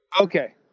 Okay